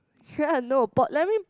ya no port I mean